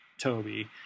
Toby